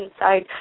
inside